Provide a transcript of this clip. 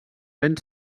ben